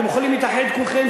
אתם יכולים להתאחד כולכם,